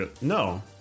No